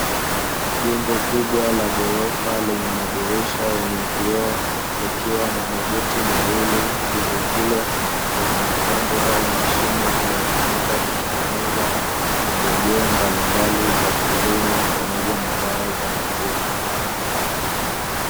Jengo kubwa la ghorofa lenye madirisha yenye vioo likiwa na mageti mawili, jengo hilo lina mitambo au mashine inayotumika kutengeneza pembejeo mbalimbali za kilimo pamoja na dawa za mifugo.